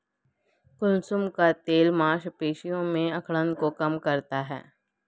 कुसुम का तेल मांसपेशियों में अकड़न को कम करता है